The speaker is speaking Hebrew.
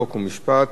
חוק ומשפט